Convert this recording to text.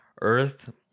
earth